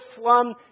slum